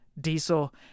diesel